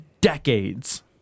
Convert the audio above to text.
decades